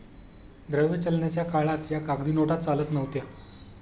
द्रव्य चलनाच्या काळात या कागदी नोटा चालत नव्हत्या